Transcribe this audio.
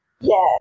Yes